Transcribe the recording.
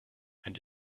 and